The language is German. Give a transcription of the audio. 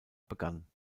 begann